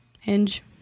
Hinge